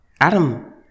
Adam